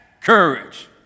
courage